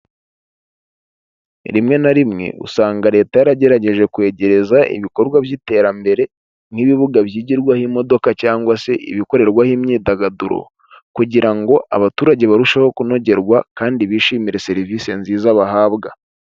Rimwe na rimwe usanga leta yaragerageje kwegereza ibikorwa by'iterambere nk'ibibuga byigirwaho imodoka cyangwa se ibikorerwaho imyidagaduro kugira ngo abaturage barusheho kunogerwa kandi bishimire serivisi nziza bahabwa.